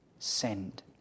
send